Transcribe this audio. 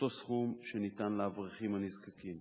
באותו סכום שניתן לאברכים הנזקקים.